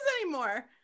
anymore